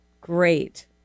Great